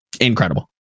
incredible